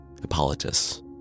Hippolytus